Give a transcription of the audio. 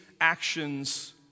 actions